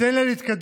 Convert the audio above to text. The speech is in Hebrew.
תן לה להתקדם.